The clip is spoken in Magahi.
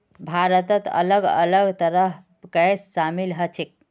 भारतत अलग अलग तरहर बैंक शामिल ह छेक